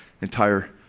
entire